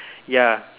ya